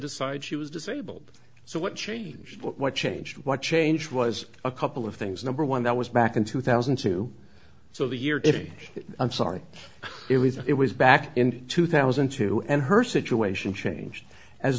decide she was disabled so what changed what changed what changed was a couple of things number one that was back in two thousand and two so the year i'm sorry it was back in two thousand and two and her situation changed as